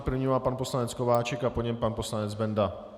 První má pan poslanec Kováčik a po něm pan poslanec Benda.